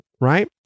right